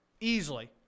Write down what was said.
easily